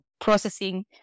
processing